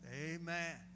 Amen